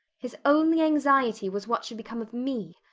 his only anxiety was what should become of me!